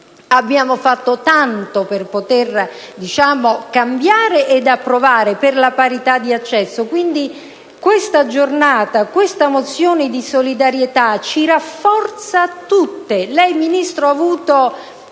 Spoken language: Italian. abbiamo fatto tanto per poter cambiare ed approvare in tema di parità di accesso. Questa giornata, questa mozione di solidarietà ci rafforza tutte. Lei, Ministro, ha avuto